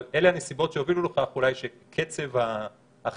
אבל אלה הנסיבות שהובילו לכך שאולי קצב החקיקה